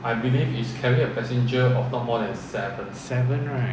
seven right